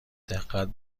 دقت